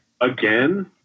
again